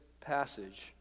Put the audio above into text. passage